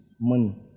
money